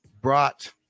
brought